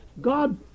God